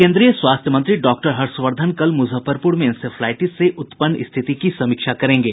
केन्द्रीय स्वास्थ्य मंत्री डॉक्टर हर्षवर्द्वन कल मूजफ्फरपूर में इंसेफ्लाईटिस से उत्पन्न स्थिति की समीक्षा करेंगे